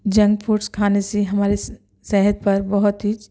junk foods کھانے سے ہماری صحت پر بہت ہی